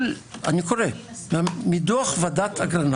אני קורא מתוך ועדת אגרנט: